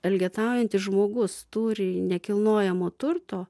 elgetaujantis žmogus turi nekilnojamo turto